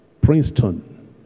Princeton